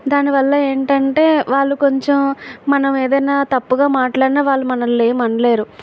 దాని వల్ల ఏంటంటే వాళ్ళు కొంచెం మనం ఏదన్నా తప్పుగా మాట్లాడిన వాళ్ళు మనల్ని ఏమి అనలేరు